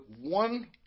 one